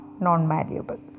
non-malleable